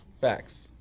Facts